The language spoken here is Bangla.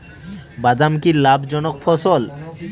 বাদাম কি লাভ জনক ফসল?